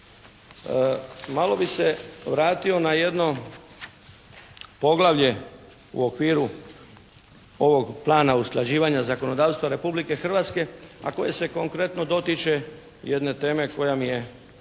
Malo bi se vrati na jedno poglavlje u okviru ovog Plana usklađivanja zakonodavstva Republike Hrvatske a koje se konkretno dotiče jedne teme koja mi je